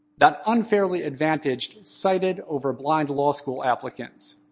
that unfairly advantaged sighted over blind law school applicants.